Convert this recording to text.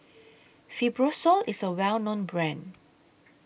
Fibrosol IS A Well known Brand